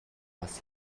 бас